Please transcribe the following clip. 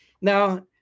Now